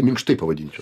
minkštai pavadinčiau